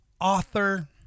author